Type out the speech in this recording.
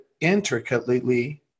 intricately